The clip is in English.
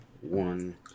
one